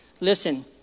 Listen